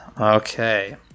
Okay